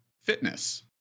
fitness